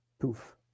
poof